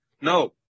No